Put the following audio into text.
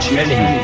Jenny